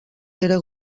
era